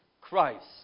Christ